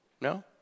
no